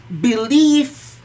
belief